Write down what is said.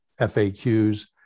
FAQs